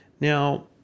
Now